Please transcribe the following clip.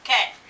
Okay